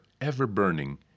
ever-burning